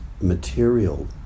material